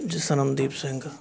Jasanamdeep Singh